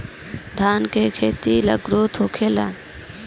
धान का खेती के ग्रोथ होला?